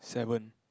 seven